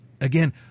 again